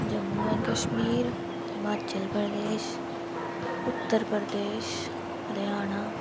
Jammu and Kashmir Himachal Pradesh Uttar Pradesh Haryana